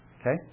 okay